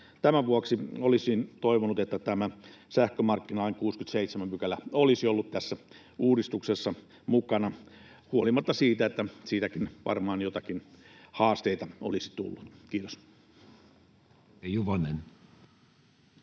Tämän vuoksi olisin toivonut, että tämä sähkömarkkinalain 67 § olisi ollut tässä uudistuksessa mukana huolimatta siitä, että siitäkin varmaan joitakin haasteita olisi tullut. — Kiitos.